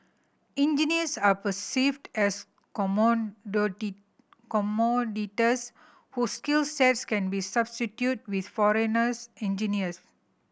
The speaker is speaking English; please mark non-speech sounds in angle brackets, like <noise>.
engineers are perceived as <unintelligible> commodities whose skills sets can be substituted with foreigners engineers